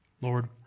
Lord